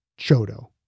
Chodo